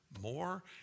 more